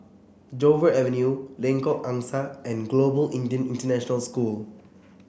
Dover Avenue Lengkok Angsa and Global Indian International School